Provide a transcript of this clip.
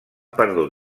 perdut